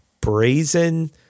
brazen